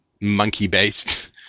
monkey-based